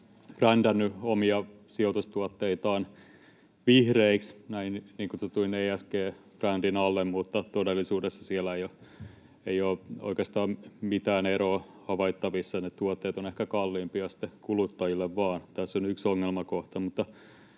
brändänneet omia sijoitustuotteitaan vihreiksi niin kutsutun ESG-brändin alle, mutta todellisuudessa siellä ei ole oikeastaan mitään eroa havaittavissa — ne tuotteet ovat ehkä kalliimpia sitten vaan kuluttajille. Tässä on yksi ongelmakohta.